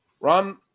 Ron